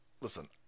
listen